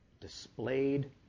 displayed